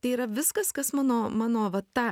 tai yra viskas kas mano mano va ta